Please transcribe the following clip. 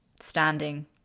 standing